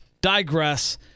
digress